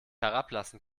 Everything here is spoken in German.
herablassen